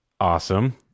awesome